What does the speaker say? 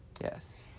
Yes